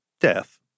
death